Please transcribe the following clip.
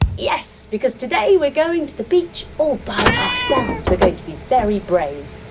yes. because today we're going to the beach all by ourselves. we're going to be very brave.